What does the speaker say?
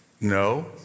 No